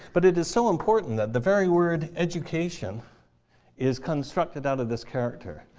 but it is so important that the very word education is constructed out of this character.